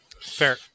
Fair